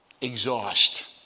exhaust